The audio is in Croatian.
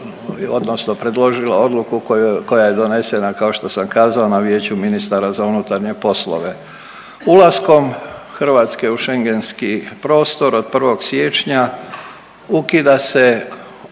odnosno predložila odluku koju, koja je donesena kao što sam kazao na Vijeću ministara za unutarnje poslove. Ulaskom Hrvatske u schengenski prostor od 1. siječnja ukida se obavljanje